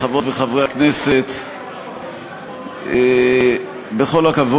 חברי הכנסת והשרים, נא לשבת.